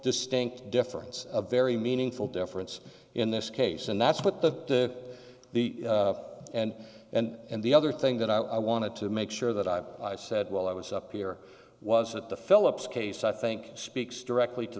distinct difference a very meaningful difference in this case and that's what the the and and and the other thing that i wanted to make sure that i said well i was up here was that the philips case i think speaks directly to